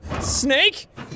SNAKE